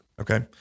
Okay